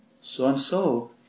So-and-so